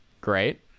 great